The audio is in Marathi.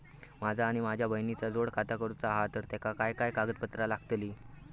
माझा आणि माझ्या बहिणीचा जोड खाता करूचा हा तर तेका काय काय कागदपत्र लागतली?